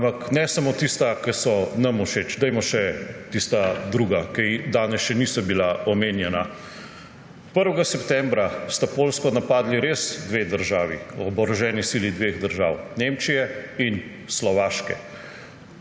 Ampak ne samo tista, ki so nam všeč, dajmo še tista druga, ki danes še niso bila omenjena. 1. septembra sta Poljsko res napadli dve državi, oboroženi sili dveh držav, Nemčije in Slovaške.